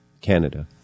Canada